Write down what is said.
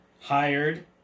hired